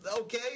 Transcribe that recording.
Okay